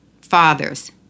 fathers